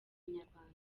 inyarwanda